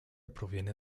proviene